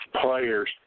players